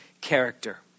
character